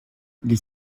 les